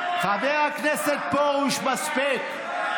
חבר הכנסת פרוש, מספיק.